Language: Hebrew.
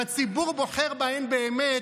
כשהציבור בוחר בהן באמת.